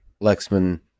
Lexman